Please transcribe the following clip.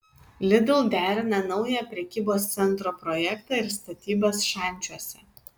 lidl derina naują prekybos centro projektą ir statybas šančiuose